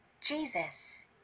Jesus